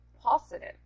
positive